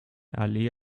allee